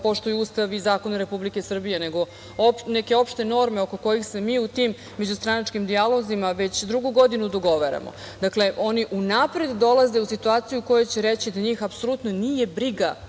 poštuju Ustav i zakone Republike Srbije, nego neke opšte norme oko kojih se mi u tim međustranačkim dijalozima već drugu godinu dogovaramo. Dakle, oni unapred dolaze u situaciju u kojoj će reći da njih apsolutno nije briga